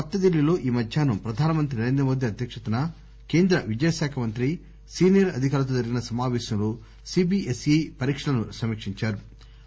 కొత్త ఢిల్లీలో ఈ మధ్యాహ్నం ప్రధానమంత్రి నరేంద్రమోదీ అధ్యక్షతన కేంద్ర విద్యాశాఖ మంత్రి సీనియర్ అధికారులతో జరిగిన సమాపేశంలో సిబిఎస్ఇ పరీక్షలను సమీకించారు